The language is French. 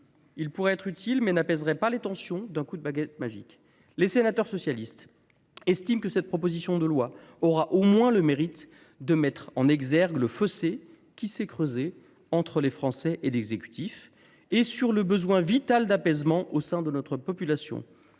Il pourrait être utile, mais n’apaiserait pas les tensions d’un coup de baguette magique. Les sénateurs socialistes estiment que cette proposition de loi aura au moins le mérite de mettre en exergue le fossé qui s’est creusé entre les Français et l’exécutif, ainsi que le besoin vital d’apaisement au sein de notre population.